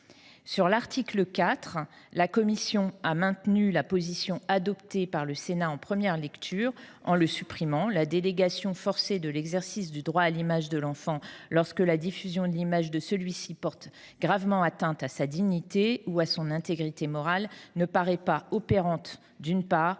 l’article 4, maintenant ainsi la position adoptée par le Sénat en première lecture. Non seulement la délégation forcée de l’exercice du droit à l’image de l’enfant lorsque la diffusion de l’image de celui ci porte gravement atteinte à sa dignité ou à son intégrité morale ne paraît pas opérante, mais